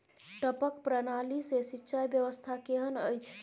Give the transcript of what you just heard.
टपक प्रणाली से सिंचाई व्यवस्था केहन अछि?